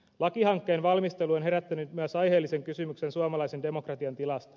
lakihankkeen valmistelu on herättänyt myös aiheellisen kysymyksen suomalaisen demokratian tilasta